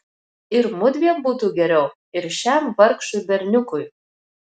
ir mudviem būtų geriau ir šiam vargšui berniukui